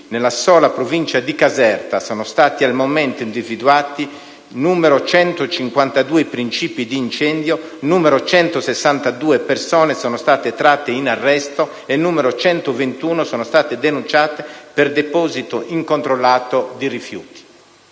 Nella sola provincia di Caserta, sono stati individuati al momento 50 principi di incendio, 162 persone sono state tratte in arresto e 121 sono state denunciate per deposito incontrollato di rifiuti.